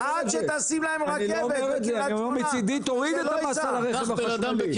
אני אומר שמצדי תוריד את המס על הרכב החשמלי